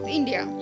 India